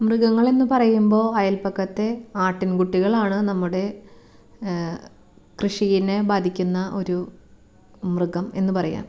മൃഗങ്ങൾ എന്നു പറയുമ്പോൾ അയൽപക്കത്തെ ആട്ടിൻകുട്ടികളാണ് നമ്മുടെ കൃഷിയിനെ ബാധിക്കുന്ന ഒരു മൃഗം എന്ന് പറയാം